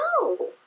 No